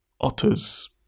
otters